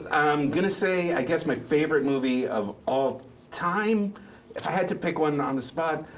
i'm gonna say, i guess my favorite movie of all time? if i had to pick one on the spot,